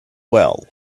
well